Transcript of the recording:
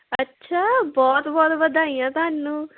ਅੱਛਾ ਬਹੁਤ ਬਹੁਤ ਵਧਾਈਆਂ ਤੁਹਾਨੂੰ